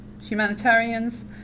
humanitarians